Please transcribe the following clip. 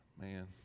Man